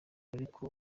ariko